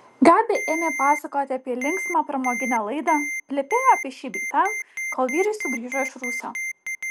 gabi ėmė pasakoti apie linksmą pramoginę laidą plepėjo apie šį bei tą kol vyrai sugrįžo iš rūsio